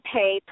pay